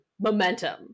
momentum